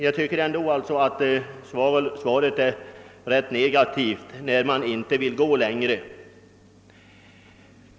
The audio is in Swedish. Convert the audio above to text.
Jag tycker att svaret är negativt när justitieministern inte vill gå längre.